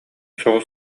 соҕус